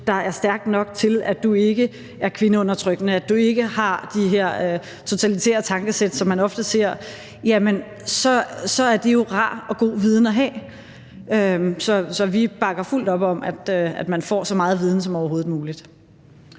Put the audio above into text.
der er stærkt nok til, at du ikke er kvindeundertrykkende, og at du ikke har de her totalitære tankesæt, som man ofte ser, så er det jo en rar og god viden at have. Så vi bakker fuldt op om, at man får så meget viden som overhovedet muligt.